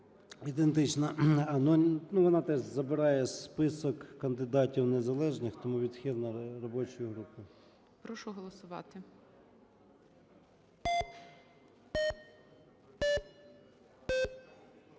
Ідентична, вона теж забирає список кандидатів незалежних. Тому відхилена робочою групою. ГОЛОВУЮЧИЙ. Прошу голосувати.